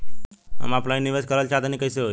हम ऑफलाइन निवेस करलऽ चाह तनि कइसे होई?